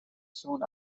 soon